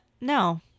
no